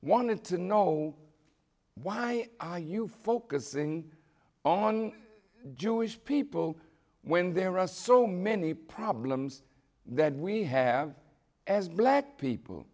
wanted to know why are you focusing on jewish people when there are so many problems that we have as black people